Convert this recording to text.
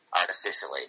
artificially